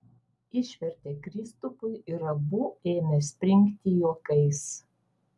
išvertė kristupui ir abu ėmė springti juokais